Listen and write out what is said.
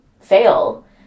fail